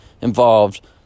involved